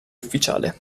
ufficiale